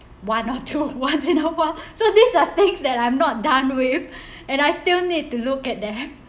one or two once in a while so these are things that I'm not done with and I still need to look at them